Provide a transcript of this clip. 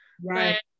right